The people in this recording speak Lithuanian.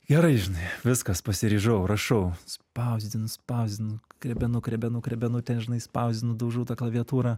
gerai žinai viskas pasiryžau rašau spausdinu spausdinu krebenu krebenu krebenu ten žinai spausdinu daužau klaviatūrą